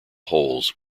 holes